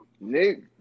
Nick